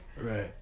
Right